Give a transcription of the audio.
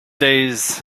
days